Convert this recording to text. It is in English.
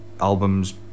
albums